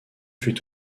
fut